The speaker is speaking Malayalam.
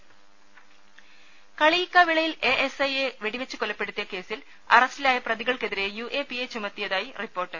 ദേദ കളിയിക്കാവിളയിൽ എ എസ് ഐ യെ വെടിവെച്ചു കൊലപ്പെടുത്തിയ കേസിൽ അറസ്റ്റിലായ പ്രതികൾക്കെതിരെ യു എ പി എ ചുമത്തിയതായി റിപ്പോർട്ട്